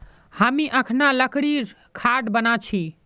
हामी अखना लकड़ीर खाट बना छि